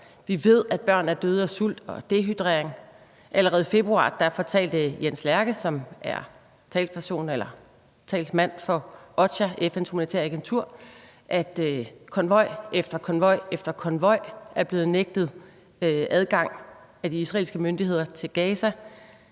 Vi ved, at børn er døde af sult og dehydrering. Allerede i februar fortalte Jens Lærke, som er talsmand for OCHA, FN's humanitære agentur, at konvoj efter konvoj er blevet nægtet adgang af de israelske myndigheder til Gaza.